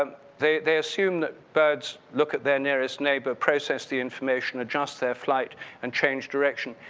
um they they assumed that birds look at their nearest neighbor, process the information, adjust their flight and change direction.